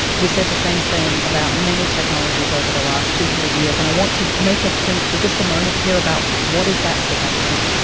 we say the same thing about many technologies over the last two hundred years. and i want to make us think for just a moment here about what is that seduction?